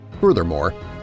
Furthermore